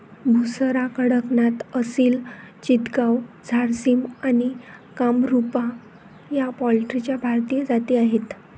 बुसरा, कडकनाथ, असिल चितगाव, झारसिम आणि कामरूपा या पोल्ट्रीच्या भारतीय जाती आहेत